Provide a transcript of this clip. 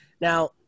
Now